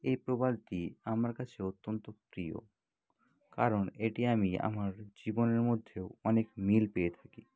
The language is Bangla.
এই প্রবাদটি আমার কাছে অত্যন্ত প্রিয় কারণ এটি আমি আমার জীবনের মধ্যেও অনেক মিল পেয়ে থাকি